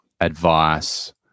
advice